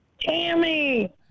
Tammy